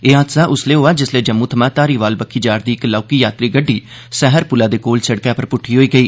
एह हादसा उसलै होआ जिसलै जम्मू थमां धारीवाल बक्खी जा'रदी इक लौहकी यात्री गड्डी सहर पुलै दे कोल सिड़कै पर पुट्टी होई गेई